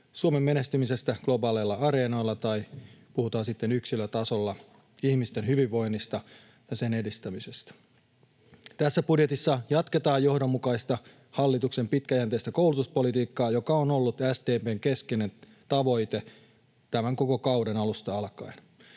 Suomen menestymisestä globaaleilla areenoilla tai puhutaan sitten yksilötasolla ihmisten hyvinvoinnista ja sen edistämisestä. Tässä budjetissa jatketaan hallituksen johdonmukaista, pitkäjänteistä koulutuspolitiikkaa, joka on ollut SDP:n keskeinen tavoite tämän koko kauden alusta alkaen.